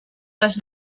les